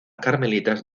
carmelitas